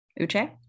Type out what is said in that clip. Uche